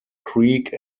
creek